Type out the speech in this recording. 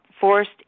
forced